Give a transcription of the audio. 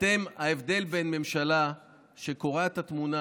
ההבדל בין ממשלה שקוראת את התמונה